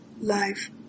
life